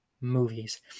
movies